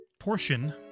Portion